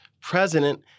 president